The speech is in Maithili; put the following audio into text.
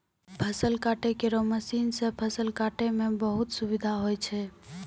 फसल काटै केरो मसीन सँ फसल काटै म बहुत सुबिधा होय छै